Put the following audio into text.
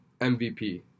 MVP